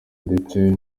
ndetse